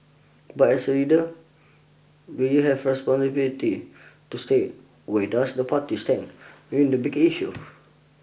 but as a leader do you have responsibility to state where does the party stand the big issues